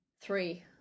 Three